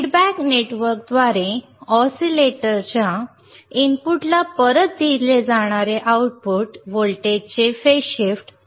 feedback नेटवर्कद्वारे ऑसिलेटरच्या इनपुटला परत दिले जाणारे आउटपुट व्होल्टेजचे फेज शिफ्ट 00 असावे